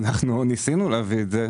ניסינו להביא את זה.